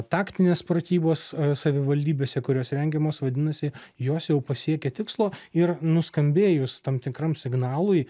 taktinės pratybos savivaldybėse kurios rengiamos vadinasi jos jau pasiekė tikslo ir nuskambėjus tam tikram signalui